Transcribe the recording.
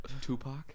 Tupac